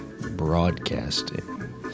Broadcasting